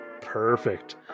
Perfect